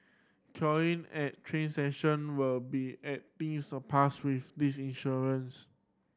cursing at train session will be end be surpass with this insurance